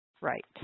Right